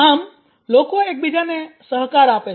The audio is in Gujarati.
આમ લોકો એકબીજાને સહકાર આપે છે